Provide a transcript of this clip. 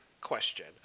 question